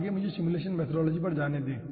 आगे मुझे simulation methodology पर जाने दें